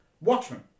Watchmen